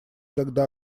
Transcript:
когда